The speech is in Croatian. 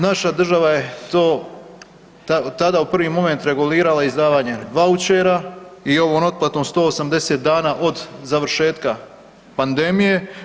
Naša država je to tada u prvi moment regulirala izdavanjem vouchera i ovom otplatom 180 dana od završetka pandemije.